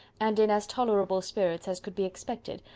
and in as tolerable spirits as could be expected,